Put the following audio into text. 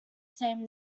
same